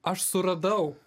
aš suradau